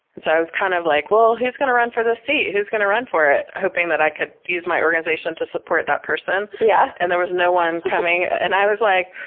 and so, i was kind of like, well, who's going to run for this seat? who's going to run for it? hoping that i could use my organization to support that person. yeah and there was no one coming and i was like,